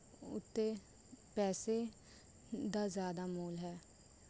ਉੱਥੇ ਪੈਸੇ ਦਾ ਜ਼ਿਆਦਾ ਮੋਲ ਹੈ